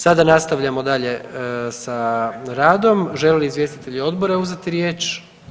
Sada nastavljamo dalje sa radom, žele li izvjestitelji odbora uzeti riječ?